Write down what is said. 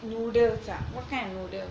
noodle ah what kind of noodles